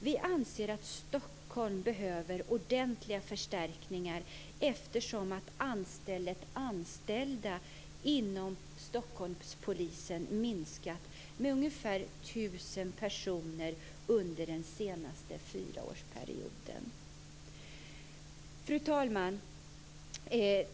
Vi anser att Stockholm behöver ordentliga förstärkningar eftersom antalet anställda inom Stockholmspolisen minskat med ungefär 1 000 personer under den senaste fyraårsperioden. Fru talman!